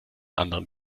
anderen